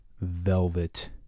velvet